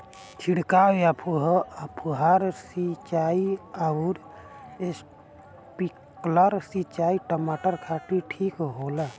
छिड़काव या फुहारा सिंचाई आउर स्प्रिंकलर सिंचाई टमाटर खातिर ठीक होला?